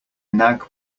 nag